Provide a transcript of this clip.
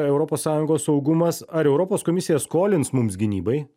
europos sąjungos saugumas ar europos komisija skolins mums gynybai